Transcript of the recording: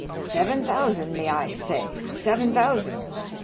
seven thousand may i say? seven thousand.